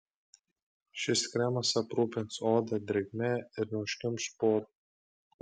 šis kremas aprūpins odą drėgme ir neužkimš porų